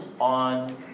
on